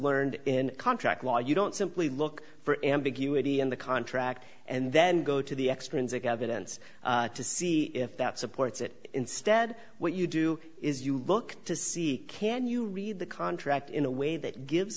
learned in contract law you don't simply look for ambiguity in the contract and then go to the extrinsic evidence to see if that supports it instead what you do is you look to see can you read the contract in a way that gives